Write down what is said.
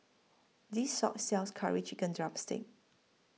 This Shop sells Curry Chicken Drumstick